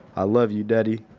i love you daddy.